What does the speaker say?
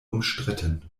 umstritten